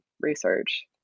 research